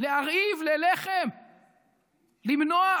להרעיב ללחם, למנוע?